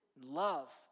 love